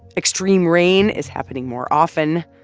extreme rain is happening more often,